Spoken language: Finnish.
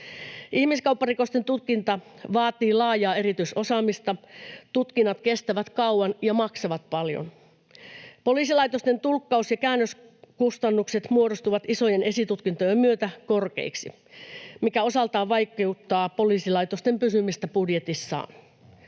Ihmiskaupparikosten tutkinta vaatii laajaa erityisosaamista, tutkinnat kestävät kauan ja maksavat paljon. Poliisilaitosten tulkkaus- ja käännöskustannukset muodostuvat isojen esitutkintojen myötä korkeiksi, mikä osaltaan vaikeuttaa poliisilaitosten pysymistä budjetissaan.